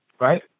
right